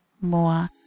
more